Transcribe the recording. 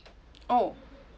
oh